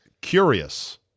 curious